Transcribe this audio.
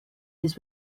his